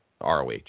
ROH